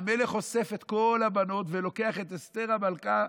המלך אוסף את כל הבנות ולוקח את אסתר המלכה,